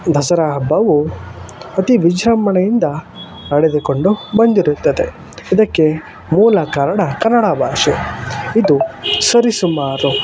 ದಸರಾ ಹಬ್ಬವು ಅತಿ ವಿಜೃಂಭಣೆಯಿಂದ ನಡೆದುಕೊಂಡು ಬಂದಿರುತ್ತದೆ ಇದಕ್ಕೆ ಮೂಲ ಕಾರಣ ಕನ್ನಡ ಭಾಷೆ ಇದು ಸರಿ ಸುಮಾರು